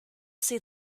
see